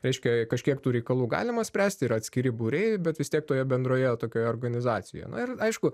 reiškia kažkiek tų reikalų galima spręsti yra atskiri būriai bet vis tiek toje bendroje tokioje organizacijoje ir aišku